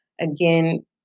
Again